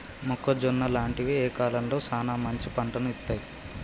మొక్కజొన్న లాంటివి ఏ కాలంలో సానా మంచి పంటను ఇత్తయ్?